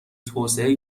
توسعه